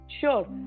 Sure